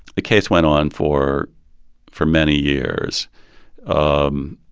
the case went on for for many years um